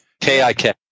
k-i-k